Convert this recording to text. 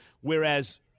whereas –